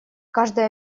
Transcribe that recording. каждый